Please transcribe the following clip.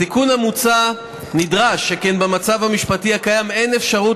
התיקון המוצע נדרש שכן במצב המשפטי הקיים אין אפשרות